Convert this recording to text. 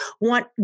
want